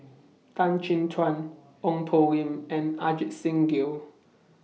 Tan Chin Tuan Ong Poh Lim and Ajit Singh Gill